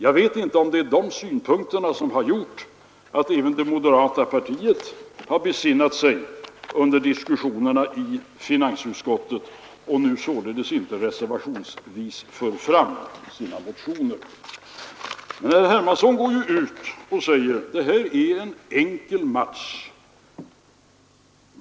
Jag vet inte om det är dessa synpunkter som har gjort att även det moderata partiet har besinnat sig under diskussionerna i finansutskottet och nu således inte reservationsvis för fram sina motionsförslag. Men herr Hermansson går ut och säger: Det här är en enkel match.